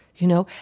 you know.